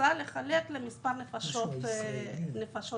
ההכנסה לחלק למספר נפשות במשפחה.